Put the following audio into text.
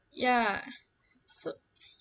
ya so